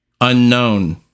unknown